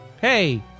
Hey